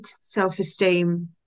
self-esteem